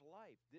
life